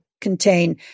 contain